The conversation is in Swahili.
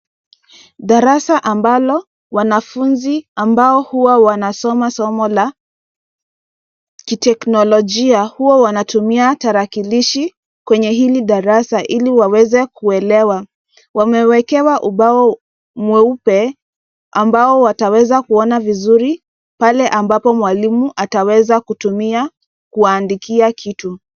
Darasa ambalo wanafunzi ambao huwa wanasoma somo la kiteknolojia huwa wanatumia tarakilishi kwenye hili darasa ili waweze kuelewa . Wamewekewa ubao mweupe ambao wataweza kuona vizuri pale ambapo mwalimu ataweza kutumia kuwaandikia kitu.